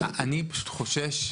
אני חושש,